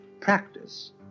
practice